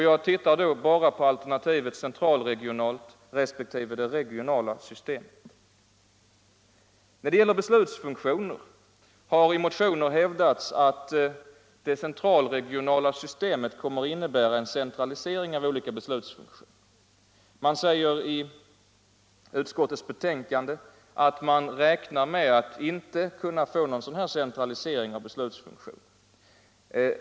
Jag tittar då bara på alternativen central regionala systemet kommer att innebära en centralisering av dessa. Man säger i utskottets betänkande att man räknar med att inte få någon centralisering av beslutsfunktioner.